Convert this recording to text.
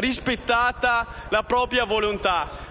rispettata la propria volontà.